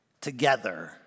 together